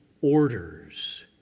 orders